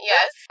Yes